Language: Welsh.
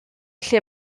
lle